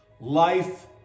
life